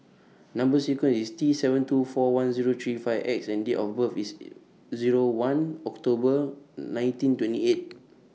Number sequence IS T seven two four one Zero three five X and Date of birth IS Zero one October nineteen twenty eight